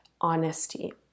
honesty